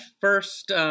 first